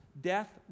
Death